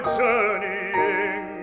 journeying